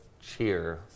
cheer